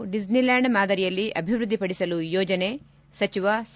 Disneyland ಮಾದರಿಯಲ್ಲಿ ಅಭಿವೃದ್ದಿಪಡಿಸಲು ಯೋಜನೆ ಸಚವ ಸಾ